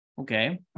Okay